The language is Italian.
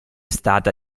stata